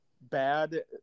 bad